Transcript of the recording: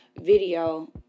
video